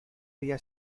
había